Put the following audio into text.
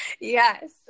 Yes